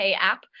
app